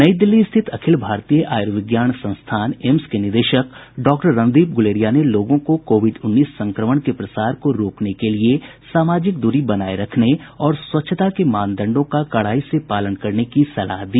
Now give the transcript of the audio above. नई दिल्ली स्थित भारतीय आयुर्विज्ञान संस्थान एम्स के निदेशक डॉक्टर रणदीप गुलेरिया ने लोगों को कोविड उन्नीस संक्रमण के प्रसार को रोकने के लिये सामाजिक दूरी बनाए रखने और स्वच्छता के मानदंडों का कडाई से पालने करने की सलाह दी